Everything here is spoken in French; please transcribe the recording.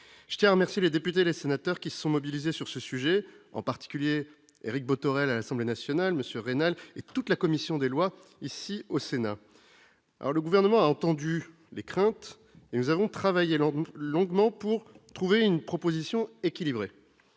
Je tiens à remercier les députés et les sénateurs qui se sont mobilisés sur ce sujet, en particulier Éric Bothorel, à l'Assemblée nationale, et, au Sénat, M. Raynal et toute la commission des lois. Le Gouvernement a entendu les craintes, et nous avons travaillé longuement pour parvenir à une proposition équilibrée.